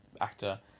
actor